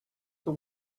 the